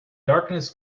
darkness